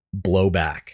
blowback